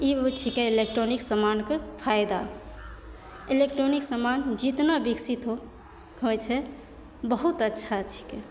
ई युग छिकै इलेक्ट्रोनिक समानके फायदा इलेक्ट्रोनिक समान जितना बिकसित हो होइत छै बहुत अच्छा छिकै